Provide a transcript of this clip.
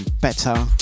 better